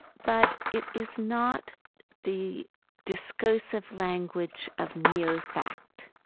but it is not the discursive language of mere fact.